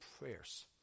prayers